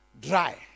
dry